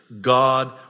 God